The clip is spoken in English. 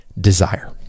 Desire